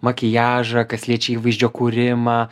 makiažą kas liečia įvaizdžio kūrimą